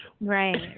right